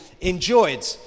enjoyed